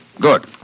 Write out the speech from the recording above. Good